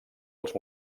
als